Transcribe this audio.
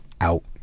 Out